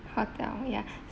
hotel ya